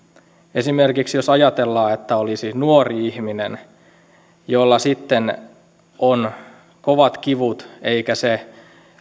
esimerkiksi jos ajatellaan että olisi nuori ihminen jolla sitten on kovat kivut eikä se